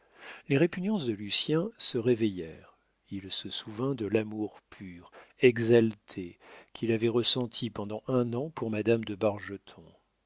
les répugnances de lucien se réveillèrent il se souvint de l'amour pur exalté qu'il avait ressenti pendant un an pour madame de bargeton